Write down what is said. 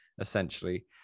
essentially